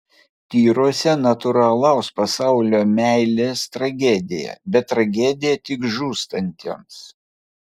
tyruose natūralaus pasaulio meilės tragedija bet tragedija tik žūstantiems